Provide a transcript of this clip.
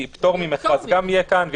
פטור ממכרז גם יהיה כאן,